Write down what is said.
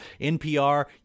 NPR